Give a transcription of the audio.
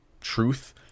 truth